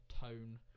tone